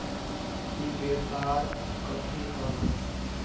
ई व्यापार कथी हव?